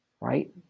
right